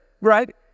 right